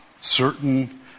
Certain